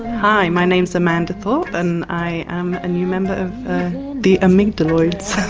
hi, my name is amanda thorpe and i am a new member of the amygdaloids.